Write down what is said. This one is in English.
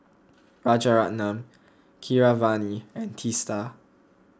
Rajaratnam Keeravani and Teesta